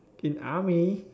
in army